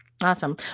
Awesome